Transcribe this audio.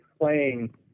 playing